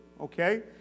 okay